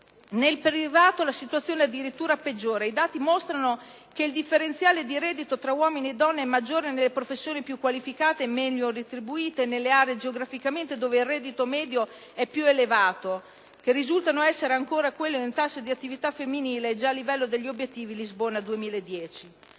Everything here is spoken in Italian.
Nel privato la situazione è addirittura peggiore. I dati mostrano che il differenziale di reddito tra uomini e donne è maggiore nelle professioni più qualificate e meglio retribuite, e nelle aree geograficamente dove il reddito medio è più elevato, che risultano essere ancora quelle in fascia di attività femminile già al livello degli obiettivi Lisbona 2010.